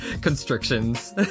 constrictions